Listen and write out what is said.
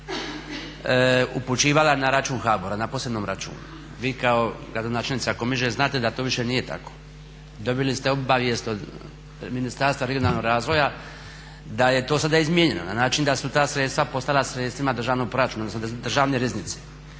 upućivala na račun HBOR-a na posebnom računu. Vi kao gradonačelnica Komiže znate da to više nije tako. Dobili ste obavijest od Ministarstva regionalnog razvoja da je to sada izmijenjeno na način da su ta sredstva postala sredstvima državnog proračuna za državnu riznice.